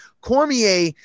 Cormier